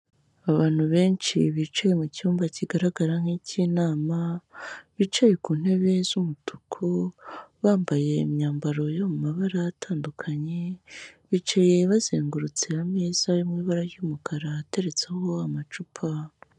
Abantu benshi bicaye mu cyumba kigaragara nk'ik'inama bicaye ku ntebe z'umutuku, bambaye imyambaro yo mu mabara atandukanye, bicaye bazengurutse ameza yo mu ibara ry'umukara ateretseho amacupa.